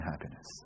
happiness